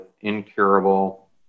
incurable